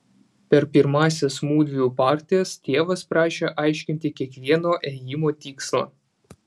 per pirmąsias mudviejų partijas tėvas prašė aiškinti kiekvieno ėjimo tikslą